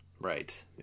right